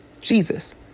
Jesus